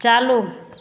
चालू